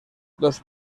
los